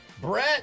Brett